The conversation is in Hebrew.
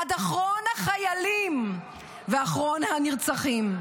עד אחרון החיילים ואחרון הנרצחים.